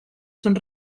són